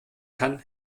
kann